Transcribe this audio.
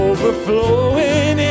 Overflowing